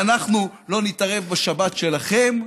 אנחנו לא נתערב בשבת שלכם,